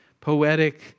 poetic